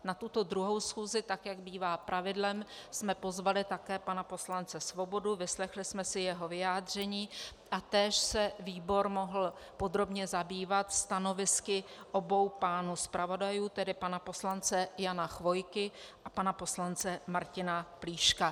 Na tuto druhou schůzi, tak jak bývá pravidlem, jsme pozvali také pana poslance Svobodu, vyslechli jsme si jeho vyjádření a též se výbor mohl podrobně zabývat stanovisky obou pánů zpravodajů, tedy pana poslance Jana Chvojky a pana poslance Martina Plíška.